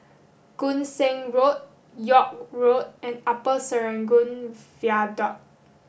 Koon Seng Road York Road and Upper Serangoon Viaduct